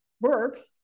works